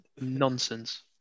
nonsense